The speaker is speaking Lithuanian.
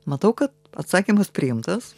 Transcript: matau kad atsakymas priimtas